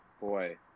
Boy